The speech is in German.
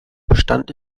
bestand